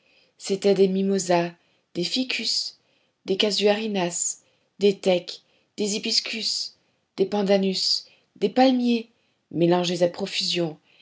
c'étaient des mimosas des ficus des casuarinas des teks des hibiscus des pendanus des palmiers mélangés à profusion